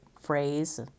phrase